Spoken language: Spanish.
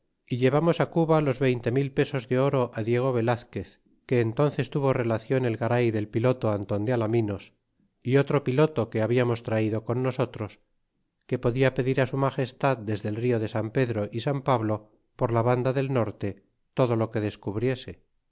y llevamos cuba los veinte mil pesos de oro diego velazquez que entónces tuvo relacion el garay del piloto anton de ala minos y otro piloto que babiamos traido con nosotros que podia pedir su magestad desde el rio de san pedro y san pablo por la banda del norte todo lo que descubriese